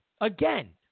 Again